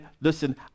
listen